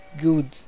good